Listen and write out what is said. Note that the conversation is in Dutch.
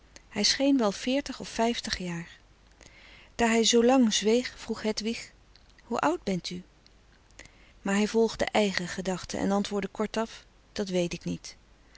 hij scheen wel veertig of vijftig jaar daar hij zoo lang zweeg vroeg hedwig hoe oud bent u maar hij volgde eigen gedachte en antwoordde kortaf dat weet ik niet